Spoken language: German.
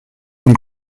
und